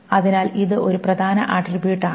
അതിനാൽ ഇത് ഒരു പ്രധാന ആട്രിബ്യൂട്ട് ആണ്